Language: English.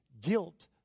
guilt